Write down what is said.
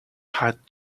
had